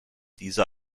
diese